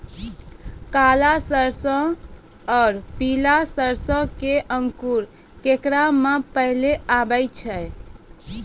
काला सरसो और पीला सरसो मे अंकुर केकरा मे पहले आबै छै?